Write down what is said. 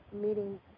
meeting